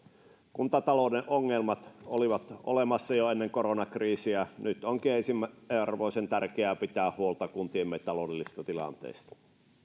kuntatalouden ongelmat olivat olemassa jo ennen koronakriisiä nyt onkin ensiarvoisen tärkeää pitää huolta kuntiemme taloudellisesta tilanteesta